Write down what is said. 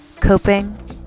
coping